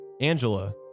Angela